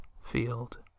field